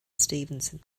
stephenson